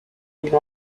vivent